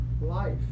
Life